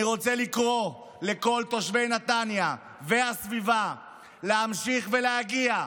אני רוצה לקרוא לכל תושבי נתניה והסביבה להמשיך ולהגיע,